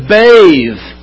bathe